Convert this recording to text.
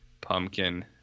pumpkin